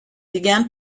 began